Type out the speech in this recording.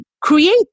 create